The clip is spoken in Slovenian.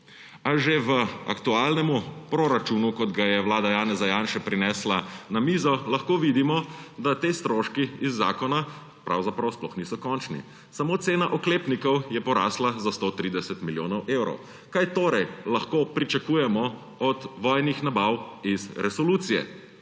A že v aktualnem proračunu, kot ga je vlada Janeza Janše prinesla na mizo, lahko vidimo, da ti stroški iz zakona pravzaprav sploh niso končni. Samo cena oklepnikov je porasla za 130 milijonov evrov. Kaj torej lahko pričakujemo od vojnih nabav iz resolucije?